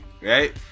right